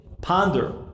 Ponder